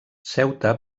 ceuta